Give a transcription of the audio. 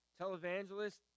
Televangelist